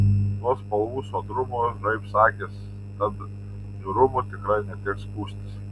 nuo spalvų sodrumo raibs akys tad niūrumu tikrai neteks skųstis